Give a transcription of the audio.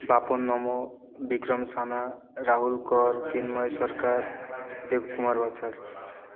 Bapan Namo Vikram Sana Rahul Kar Chinmay Sarkar Debkumar Bachhar